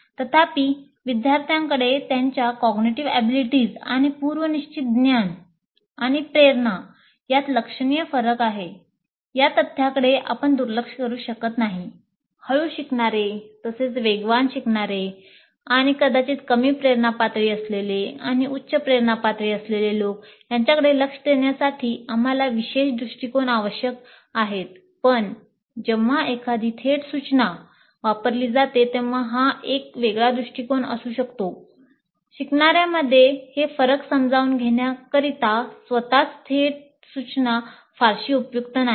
तथापि विद्यार्थ्यांकडे त्यांच्या कॉग्निटिव्ह ऍबिलिटीज फारशी उपयुक्त नाही